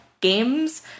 games